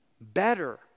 Better